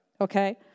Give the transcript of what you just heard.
okay